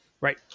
right